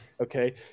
okay